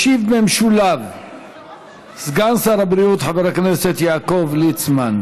ישיב במשולב סגן שר הבריאות חבר הכנסת יעקב ליצמן.